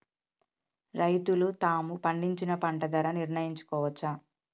రైతులు తాము పండించిన పంట ధర నిర్ణయించుకోవచ్చా?